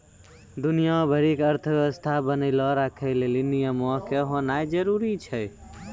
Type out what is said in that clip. दुनिया भरि के अर्थव्यवस्था बनैलो राखै लेली नियमो के होनाए जरुरी छै